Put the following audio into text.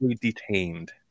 detained